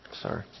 sorry